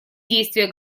действия